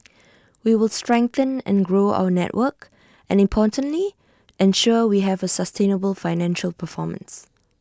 we will strengthen and grow our network and importantly ensure we have A sustainable financial performance